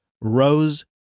Rose